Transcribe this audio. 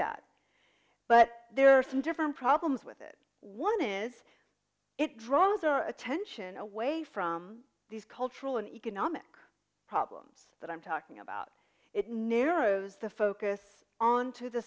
that but there are some different problems with it one is it draws our attention away from these cultural and economic problems that i'm talking about it narrows the focus onto the